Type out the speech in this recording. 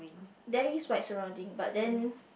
there is white surrounding but then